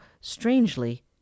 strangely